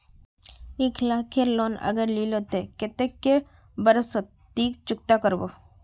एक लाख केर लोन अगर लिलो ते कतेक कै बरश सोत ती चुकता करबो?